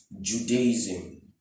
Judaism